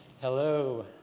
Hello